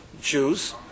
Jews